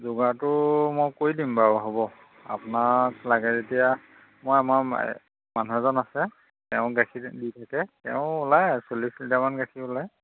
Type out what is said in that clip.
যোগাৰটো মই কৰি দিম বাৰু হ'ব আপোনাক লাগে যেতিয়া মই আমাৰ এই মানুহ এজন আছে তেওঁ গাখীৰ দি থাকে তেওঁ ওলায় চল্লিছ লিটাৰমান গাখীৰ ওলায়